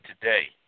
today